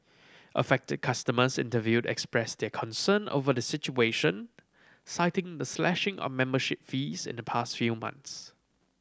affected customers interviewed expressed their concern over the situation citing the slashing of membership fees in the past few months